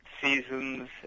seasons